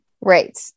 Right